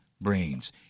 brains